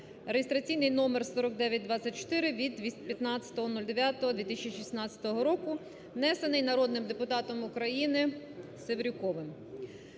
(реєстраційний номер 4924, від 15.09.2016 року), внесений народним депутатом України Севрюковим.